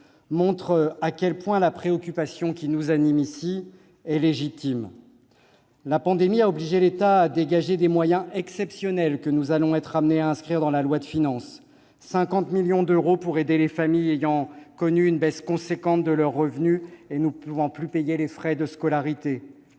montre à quel point la préoccupation qui nous anime est légitime. La pandémie a obligé l'État à dégager des moyens exceptionnels, que nous allons être amenés à inscrire dans la loi de finances : 50 millions d'euros pour aider les familles ayant connu une baisse importante de leurs revenus et ne pouvant plus payer les frais de scolarité